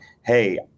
hey